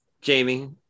Jamie